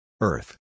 Earth